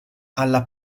alla